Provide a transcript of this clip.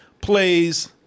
plays